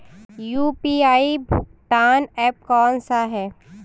UPI भुगतान app कौन सा है?